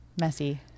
Messy